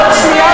האוצר".